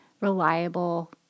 reliable